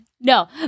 No